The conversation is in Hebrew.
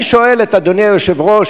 אני שואל את אדוני היושב-ראש,